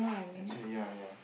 actually ya ya